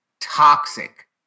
toxic